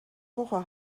woche